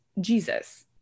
jesus